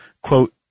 quote